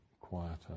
quieter